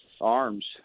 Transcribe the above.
arms